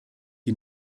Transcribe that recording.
die